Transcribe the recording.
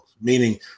meaning